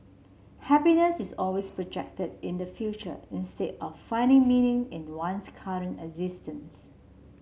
happiness is always projected in the future instead of finding meaning in one's current existence